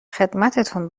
خدمتتون